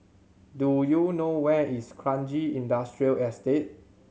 do you know where is Kranji Industrial Estate